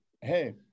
hey